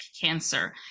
cancer